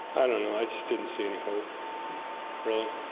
i don't know. i just didn't see any hope really?